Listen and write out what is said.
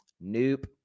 Nope